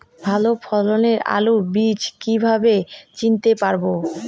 ভালো ফলনের আলু বীজ কীভাবে চিনতে পারবো?